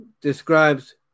describes